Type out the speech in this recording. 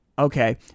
okay